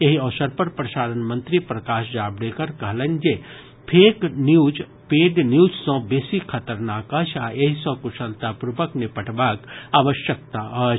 एहि अवसर पर प्रसारण मंत्री प्रकाश जावडेकर कहलनि अछि जे फेक न्यूज पेड न्यूज सँ बेसी खतरनाक अछि आ एहि सँ कुशलतापूर्वक निपटबाक आवश्यकता अछि